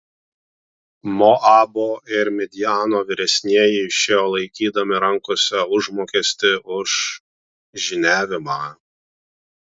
moabo ir midjano vyresnieji išėjo laikydami rankose užmokestį už žyniavimą